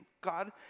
God